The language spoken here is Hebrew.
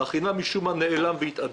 כשהחינם משום מה התאדה.